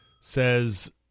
says